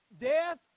Death